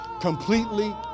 completely